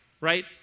right